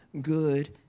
good